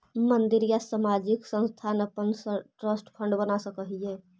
मंदिर या सामाजिक संस्थान अपना ट्रस्ट फंड बना सकऽ हई